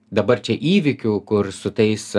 dabar čia įvykių kur su tais